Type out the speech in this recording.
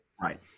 Right